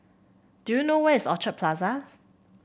do you know where is Orchard Plaza